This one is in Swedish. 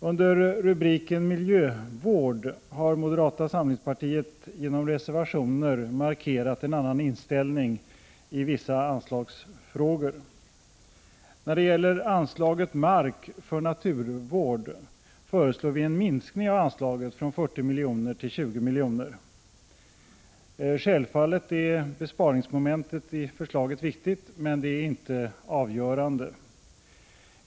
Under rubriken Miljövård har moderata samlingspartiet genom reservationer markerat en annan inställning i vissa anslagsfrågor än majoriteten. När det gäller anslaget Mark för naturvård föreslår vi en minskning från 40 milj.kr. till 20 milj.kr. Självfallet är besparingsmomentet i förslaget viktigt, men det är inte avgörande.